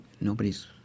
nobody's